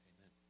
Amen